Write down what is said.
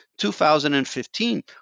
2015